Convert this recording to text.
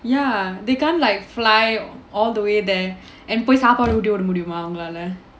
ya they can't like fly all the way there and போய் சாப்பாடு ஊட்டி விட முடியுமா அவங்களால:poi saappaadu ooti vida mudiyumaa avangalaala